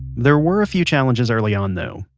there were a few challenges early on though.